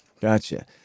Gotcha